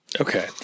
Okay